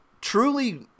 truly